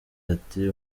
ati